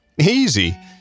Easy